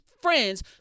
friends